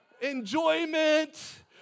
enjoyment